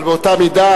באותה מידה,